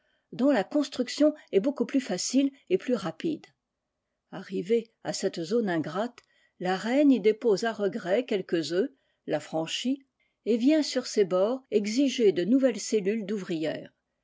dont la construction est beaucoup plus facile et plus rapide arrivée à cette zone ingrate la reine y dépose à regret quelques œufs la franchit et vient sur ses bords exiger de nouvelles cellules